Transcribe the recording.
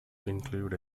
include